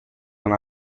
con